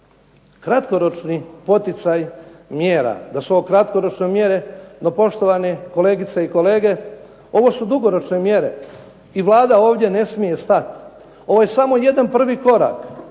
kratkoročni poticaj mjera, da su ovo kratkoročne mjere. No, poštovani kolegice i kolege, ovo su dugoročne mjere i Vlada ovdje ne smije stati. Ovo je samo jedan prvi korak